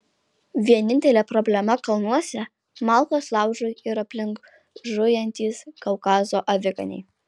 vienintelė problema kalnuose malkos laužui ir aplink zujantys kaukazo aviganiai